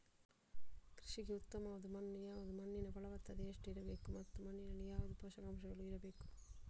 ಕೃಷಿಗೆ ಉತ್ತಮವಾದ ಮಣ್ಣು ಯಾವುದು, ಮಣ್ಣಿನ ಫಲವತ್ತತೆ ಎಷ್ಟು ಇರಬೇಕು ಮತ್ತು ಮಣ್ಣಿನಲ್ಲಿ ಯಾವುದು ಪೋಷಕಾಂಶಗಳು ಇರಬೇಕು?